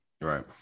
Right